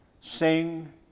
Sing